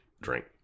drink